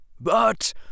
But